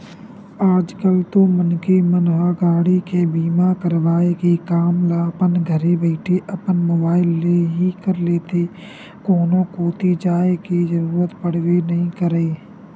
आज कल तो मनखे मन ह गाड़ी के बीमा करवाय के काम ल अपन घरे बइठे अपन मुबाइल ले ही कर लेथे कोनो कोती जाय के जरुरत पड़बे नइ करय